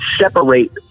separate